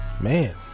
man